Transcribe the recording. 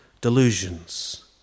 delusions